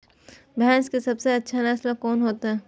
भैंस के सबसे अच्छा नस्ल कोन होते?